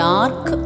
dark